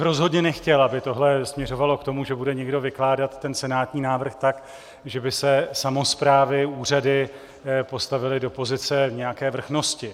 Rozhodně bych nechtěl, aby tohle směřovalo k tomu, že bude někdo vykládat senátní návrh tak, že by se samosprávy, úřady postavily do pozice nějaké vrchnosti.